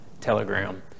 telegram